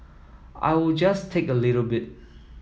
I will just take a little bit